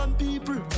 people